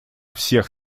всех